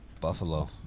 Buffalo